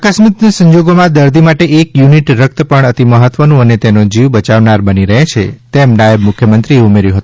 આકસ્મિક સંજોગોમાં દર્દી માટે એક યુનિટ રક્ત પણ અતિ મહત્વનું અને તેનો જીવ બચાવનાર બની રહે છે તેમ નાયબ મુખ્ય મંત્રીશ્રીએ ઉમેર્યું હતું